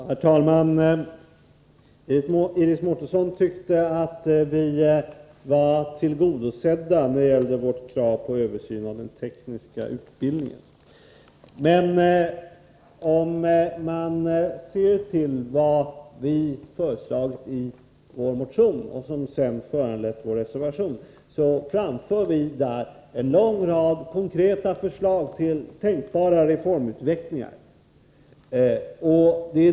Herr talman! Enligt Iris Mårtensson har man tillgodosett vårt krav på en översyn av den tekniska utbildningen. Men om man studerar vad vi föreslagit i vår motion, vilken föranlett reservationen, finner man att vi framför en lång rad konkreta förslag till tänkbara reformer på utvecklingssidan.